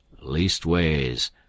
Leastways